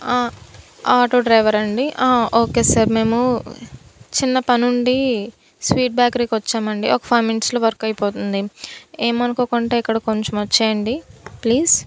auto డ్రైవరా అండి okay sir మేము చిన్న పని ఉండి స్వీట్ బేకరీకి వచ్చాం అండి ఒక ఫైవ్ మినిట్స్లో వర్క్ అయిపోతుంది ఏమనుకోకుండా ఇక్కడ కొంచెం వచ్చేయండి ప్లీస్